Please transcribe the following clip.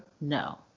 No